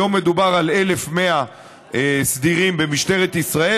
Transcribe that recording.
היום מדובר על 1,100 סדירים במשטרת ישראל,